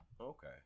Okay